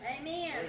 Amen